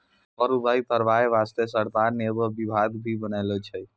कर उगाही करबाय बासतें सरकार ने एगो बिभाग भी बनालो छै